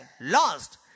lost